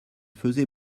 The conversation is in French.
faisait